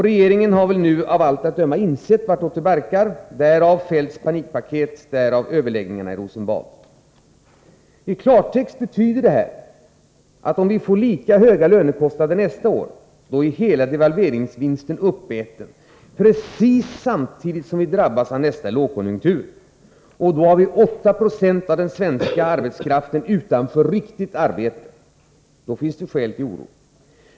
Regeringen har väl nu av allt att döma insett vartåt det barkar — därav Feldts panikpaket, därav överläggningarna i Rosenbad. I klartext betyder detta att om vi får lika höga lönekostnader nästa år, är hela devalveringsvinsten uppäten precis när vi drabbas av nästa lågkonjunktur. Då har vi 8 26 av den svenska arbetskraften utan riktigt arbete. Då finns det skäl till oro.